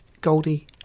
Goldie